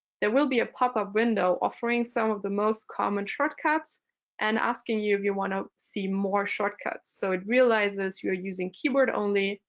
there will be a pop-up window offering some of the most common shortcuts and asking you if you want to see more shortcuts. so it realizes you are using keyboard only,